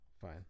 fine